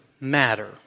matter